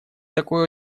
такое